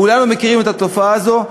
כולנו מכירים את התופעה הזאת,